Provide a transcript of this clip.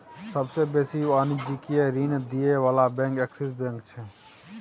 सबसे बेसी वाणिज्यिक ऋण दिअ बला बैंक एक्सिस बैंक छै